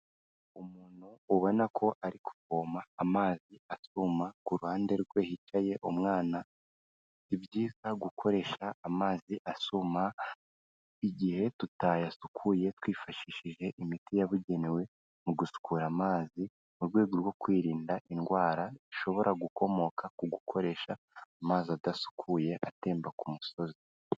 Umuntu ubona ko ari kuvoma amazi asuma, ku ruhande rwe hicaye umwana, ni byiza gukoresha amazi asuma igihe tutayasukuye twifashishije imiti yabugenewe, mu gusukura amazi mu rwego rwo kwirinda indwara ishobora gukomoka ku gukoresha amazi adasukuye atemba ku musozi.